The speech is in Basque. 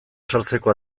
sartzeko